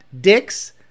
dicks